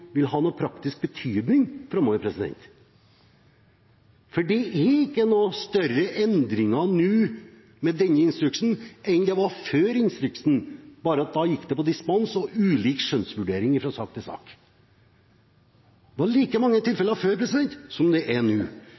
vil ha noen praktisk betydning framover, for det er ikke noen større endringer nå med denne instruksen enn det var før instruksen, bare det at da var det dispensasjon og ulik skjønnsvurdering fra sak til sak. Det var like mange tilfeller før som det er nå.